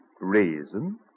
Reason